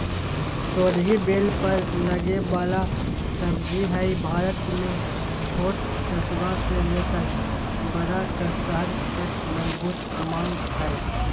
तोरई बेल पर लगे वला सब्जी हई, भारत में छोट कस्बा से लेकर बड़ा शहर तक मे बहुत मांग हई